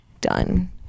done